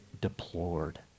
deplored